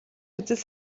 үзэл